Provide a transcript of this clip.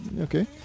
Okay